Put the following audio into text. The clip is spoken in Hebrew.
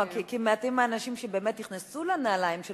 כי מעטים האנשים שבאמת נכנסו לנעליים של